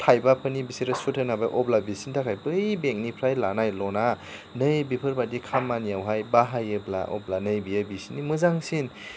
थाइबाफोरनि बिसोरो सुद होनो अब्ला बिसोरनि थाखाय बै बेंकनिफ्राय लानाय लनआ नै बेफोर बायदि खामानियावहाय बाहायोब्ला अब्ला नै बियो बिसिनि मोजांसिन